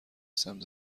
سمت